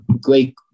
great